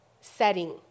setting